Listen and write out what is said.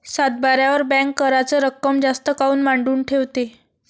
सातबाऱ्यावर बँक कराच रक्कम जास्त काऊन मांडून ठेवते?